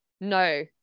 No